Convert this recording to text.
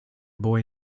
boy